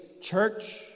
church